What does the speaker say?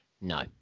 No